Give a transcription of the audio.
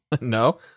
no